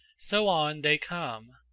so on they come,